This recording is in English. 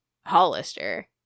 Hollister